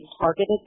targeted